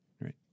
right